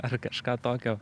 ar kažką tokio